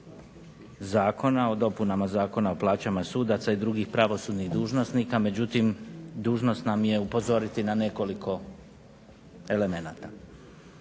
zakona o dopunama Zakona o plaćama sudaca i drugih pravosudnih dužnosnika, međutim dužnost nam je upozoriti na nekoliko elemenata.